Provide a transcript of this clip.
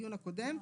בדיון הקודם,